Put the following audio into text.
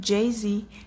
Jay-Z